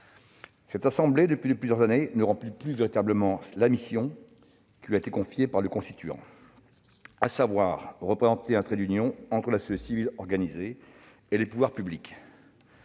Cette assemblée, depuis plusieurs années, ne remplit plus véritablement la mission qui lui a été confiée par le constituant, à savoir représenter un trait d'union entre la société civile organisée et les pouvoirs publics,